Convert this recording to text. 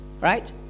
Right